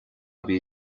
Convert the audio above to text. bhí